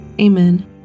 Amen